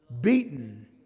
beaten